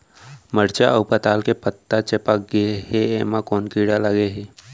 मरचा अऊ पताल के पत्ता चिपक गे हे, एमा कोन कीड़ा लगे है?